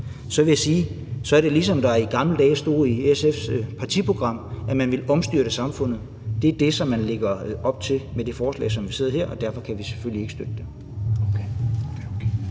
vil jeg sige, at det er ligesom det, der i gamle dage stod i SF's partiprogram, nemlig at man vil omstyrte samfundet. Det er det, som man lægger op til med det forslag, som vi sidder med her, og derfor kan vi selvfølgelig ikke støtte det.